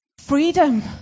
freedom